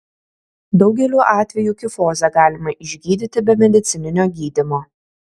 daugeliu atvejų kifozę galima išgydyti be medicininio gydymo